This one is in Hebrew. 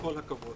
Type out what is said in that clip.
כל הכבוד.